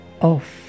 off